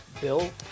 Bill